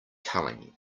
culling